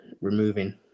removing